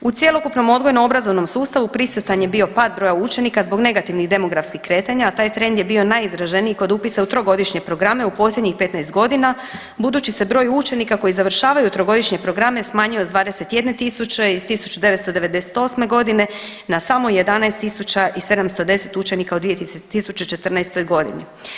U cjelokupnom odgojno-obrazovnom sustavu prisutan je bio pad broja učenika zbog negativnih demografskih kretanja, a taj trend je bio najizraženiji kod upisa u trogodišnje programe u posljednjih 15 godina budući se broj učenika koji završavaju trogodišnje programe smanjio sa 21 tisuće iz 1998. godine na samo 11710 učenika u 2014. godini.